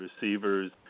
receivers